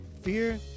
fear